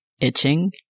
itching